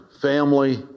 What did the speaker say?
family